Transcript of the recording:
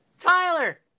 Tyler